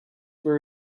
were